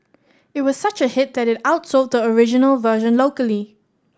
it was such a hit that it outsold the original version locally